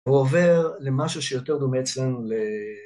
הוא עובר למשהו שיותר דומה אצלנו ל...